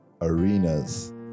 arenas